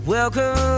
Welcome